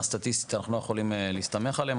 סטטיסטית אנחנו לא יכולים להסתמך עליהם,